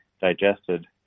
digested